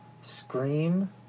Scream